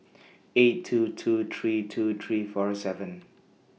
eight two two three two three four seven